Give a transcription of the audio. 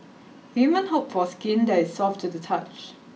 women hope for skin that is soft to the touch